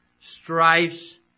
strifes